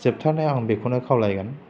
जोबथारनायाव आं बेखौनो खावलायगोन